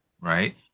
Right